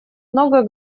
много